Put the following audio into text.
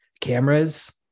cameras